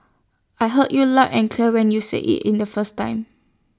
I heard you loud and clear when you said IT in the first time